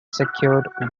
secured